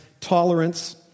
tolerance